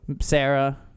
Sarah